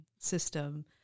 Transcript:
system